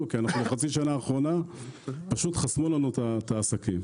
כי בחצי השנה האחרונה פשוט חסמו לנו את העסקים,